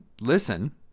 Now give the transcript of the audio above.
listen